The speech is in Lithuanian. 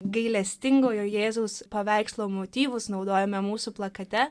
gailestingojo jėzaus paveikslo motyvus naudojame mūsų plakate